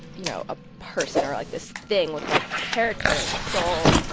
you know, a person or, like, this thing with, like, character and soul.